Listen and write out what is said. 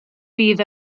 fydd